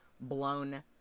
blown